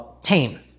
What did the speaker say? tame